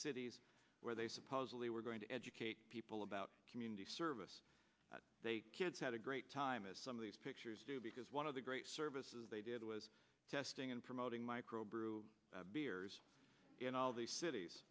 cities where they supposedly were going to educate people about community service they kids had a great time as some of these pictures do because one of the great services they did was testing and promoting microbrew beers in all the cities